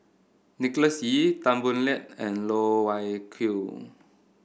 Nicholas Ee Tan Boo Liat and Loh Wai Kiew